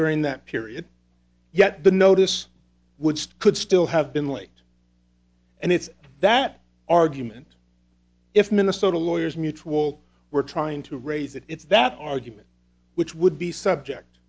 during that period yet the notice would could still have been late and it's that argument if minnesota lawyers mutual were trying to raise it it's that argument which would be subject